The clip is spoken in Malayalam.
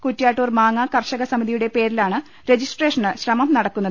കുറ്റ്യാട്ടൂർ മാങ്ങാ കർഷക സമിതിയുടെ പേരിലാണ് രജിസ്ട്രേഷന് ശ്രമം നടക്കുന്നത്